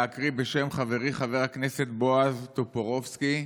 להקריא בשם חברי חבר הכנסת בועז טופורובסקי,